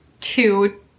two